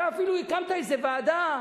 אתה אפילו הקמת איזו ועדה,